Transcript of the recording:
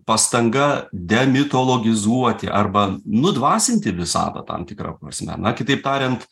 pastanga demitologizuoti arba nudvasinti visatą tam tikra prasme na kitaip tariant